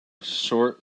short